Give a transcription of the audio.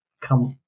comes